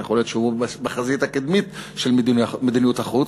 יכול להיות שהוא בחזית הקדמית של מדיניות החוץ.